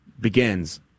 begins